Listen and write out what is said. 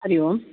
Hari Om